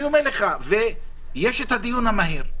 יש דיון מהיר,